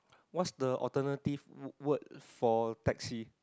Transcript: what's the alternative word for taxi